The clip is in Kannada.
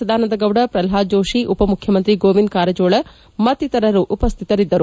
ಸದಾನಂದ ಗೌಡ ಪ್ರಹ್ಲಾದ್ ಜೋಡಿ ಉಪಮುಖ್ಯಮಂತ್ರಿ ಗೋವಿಂದ ಕಾರಜೋಳ ಮತ್ತಿತರರು ಉಪಸ್ದಿತರಿದ್ದರು